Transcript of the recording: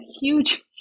huge